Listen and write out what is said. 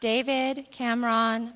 david cameron